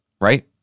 Right